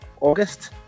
August